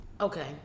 Okay